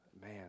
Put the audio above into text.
Man